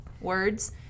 words